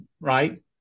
right